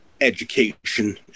education